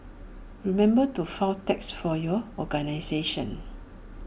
remember to file tax for your organisation